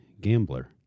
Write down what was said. gambler